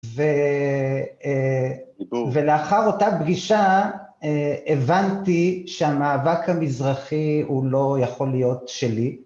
ולאחר אותה פגישה הבנתי שהמאבק המזרחי הוא לא יכול להיות שלי